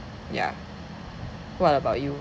yeah what about you